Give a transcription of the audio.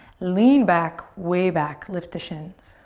lean back, way back. lift the shins.